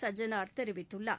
சஜ்ஜனார் தெரிவித்துள்ளார்